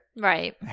Right